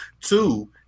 Two